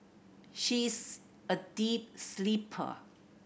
she is a deep sleeper